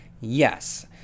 yes